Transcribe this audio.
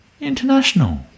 international